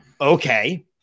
Okay